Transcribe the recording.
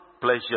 pleasure